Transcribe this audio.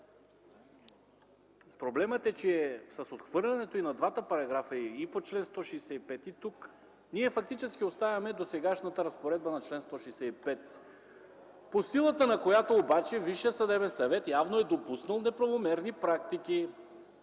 Проблемът е, че с отхвърлянето и на двата параграфа – и по чл. 165, ние фактически оставяме досегашната разпоредба на чл. 165, по силата на която обаче Висшият съдебен съвет явно е допуснал неправомерни практики